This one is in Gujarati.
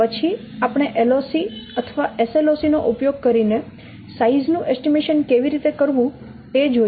પછી આપણે LOC અથવા SLOC નો ઉપયોગ કરીને સાઈઝ નું એસ્ટીમેશન કેવી રીતે કરવું તે જોયું